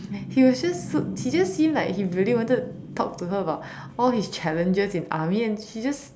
he was just so he just seemed like he really wanted to talk to her about all his challenges in army and she just